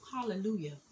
Hallelujah